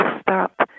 stop